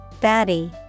Batty